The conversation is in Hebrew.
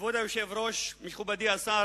כבוד היושב-ראש, מכובדי השר,